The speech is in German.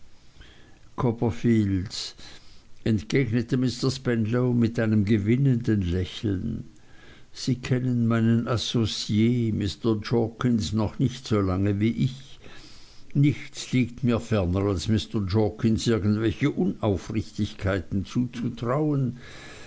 copperfield entgegnete mr spenlow mit einem gewinnenden lächeln sie kennen meinen associe mr jorkins noch nicht so lange wie ich nichts liegt mir ferner als mr jorkins irgendwelche unaufrichtigkeiten zuzutrauen